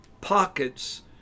pockets